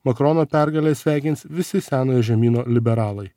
makrono pergalę sveikins visi senojo žemyno liberalai